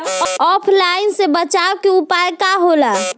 ऑफलाइनसे बचाव के उपाय का होला?